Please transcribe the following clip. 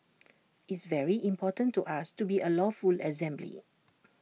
it's very important to us to be A lawful assembly